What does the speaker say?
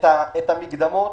את המקדמות,